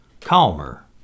calmer